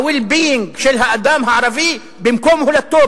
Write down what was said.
ה-well being של האדם הערבי במקום הולדתו,